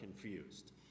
confused